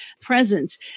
presence